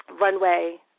runway